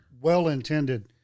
well-intended